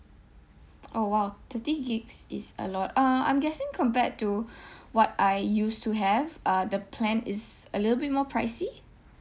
orh !wow! thirty gigs is a lot uh I'm guessing compared to what I used to have uh the plan is a little bit more pricey